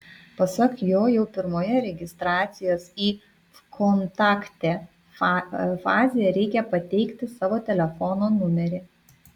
pasak jo jau pirmoje registracijos į vkontakte fazėje reikia pateikti savo telefono numerį